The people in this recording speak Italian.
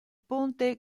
ponte